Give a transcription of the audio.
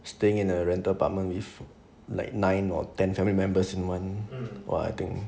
staying in a rental apartment with like nine or ten family members in one !wah! then